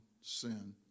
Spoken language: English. sin